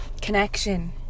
connection